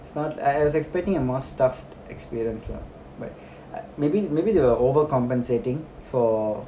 it's not i~ I was expecting a more stuffed experience lah but a~ maybe maybe they were overcompensating for